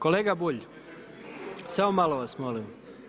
Kolega Bulj samo malo vas molim.